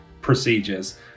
procedures